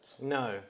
No